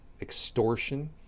extortion